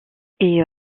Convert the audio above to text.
est